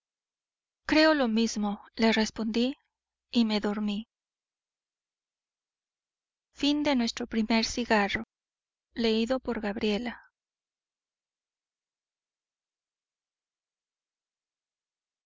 creo lo mismo le respondí y me dormí